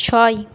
ছয়